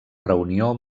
reunió